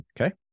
okay